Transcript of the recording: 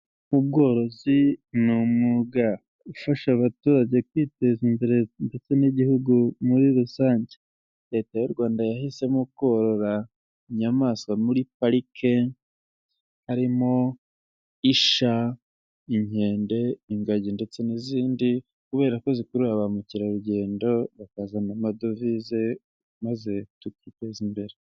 Ubworozi ni umwuga ufasha abaturage kwiteza imbere ndetse n'igihugu muri rusange, Leta y'u Rwanda yahisemo korora inyamaswa muri parike harimo isha, inkende, ingagi ndetse n'izindi, kubera ko zikurura ba mukerarugendo bakazana amadovize maze tukiteza imbere.